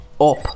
up